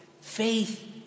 Faith